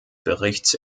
berichts